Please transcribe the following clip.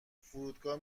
فرودگاه